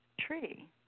tree